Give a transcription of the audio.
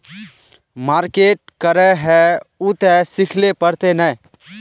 Market करे है उ ते सिखले पड़ते नय?